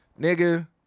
nigga